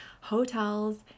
hotels